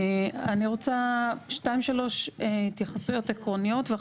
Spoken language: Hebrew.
אני רוצה שתיים שלוש התייחסויות עקרוניות.